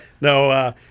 No